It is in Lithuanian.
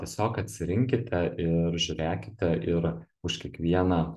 tiesiog atsirinkite ir žiūrėkite ir už kiekvieną